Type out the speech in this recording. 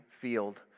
field